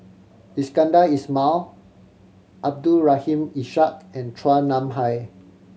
Iskandar Ismail Abdul Rahim Ishak and Chua Nam Hai